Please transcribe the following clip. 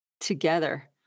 together